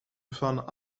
van